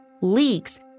leaks